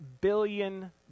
billion